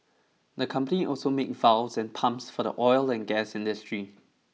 the company also makes valves and pumps for the oil and gas industry